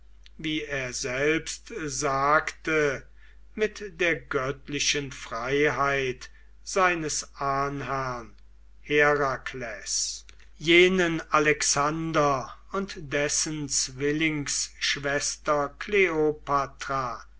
wie er selbst sagte mit der göttlichen freiheit seines ahnherrn herakles jenen alexander und dessen zwillingsschwester